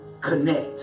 connect